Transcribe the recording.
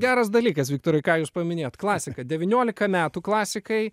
geras dalykas viktorai ką jūs paminėjote klasika devyniolika metų klasikai